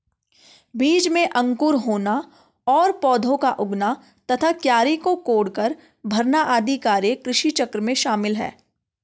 बीज में अंकुर होना और पौधा का उगना तथा क्यारी को कोड़कर भरना आदि कार्य कृषिचक्र में शामिल है